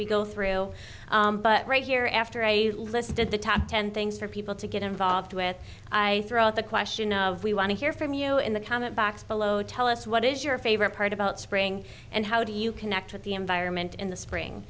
we go through but right here after a list of the top ten things for people to get involved with i threw out the question of we want to hear from you in the comment box below tell us what is your favorite part about spring and how do you connect with the environment in the spring